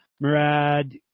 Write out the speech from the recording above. Murad